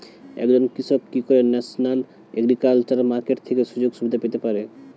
একজন কৃষক কি করে ন্যাশনাল এগ্রিকালচার মার্কেট থেকে সুযোগ সুবিধা পেতে পারে?